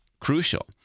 crucial